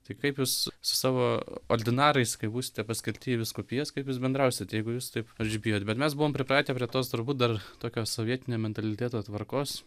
tai kaip jūs su savo ordinarais kai būsite paskirti vyskupijos kaip jūs bendrausite jeigu jūs taip pavyzdžiui bijot bet mes buvom pripratę prie tos turbūt dar tokio sovietinio mentaliteto tvarkos